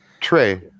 Trey